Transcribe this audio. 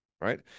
Right